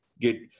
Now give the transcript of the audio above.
get